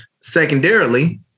Secondarily